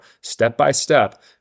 step-by-step